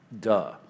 Duh